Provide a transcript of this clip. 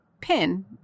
pin